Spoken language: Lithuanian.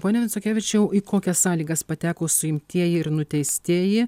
pone vincukevičiau į kokias sąlygas pateko suimtieji ir nuteistieji